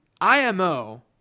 IMO